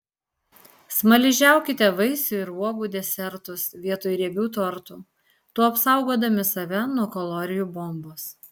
smaližiaukite vaisių ir uogų desertus vietoj riebių tortų tuo apsaugodami save nuo kalorijų bombos